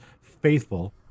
faithful